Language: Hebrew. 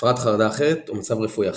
הפרעת חרדה אחרת או מצב רפואי אחר.